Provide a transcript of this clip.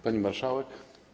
Pani Marszałek!